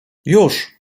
już